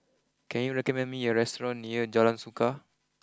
can you recommend me a restaurant near Jalan Suka